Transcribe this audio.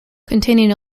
containing